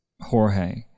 Jorge